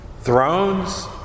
Thrones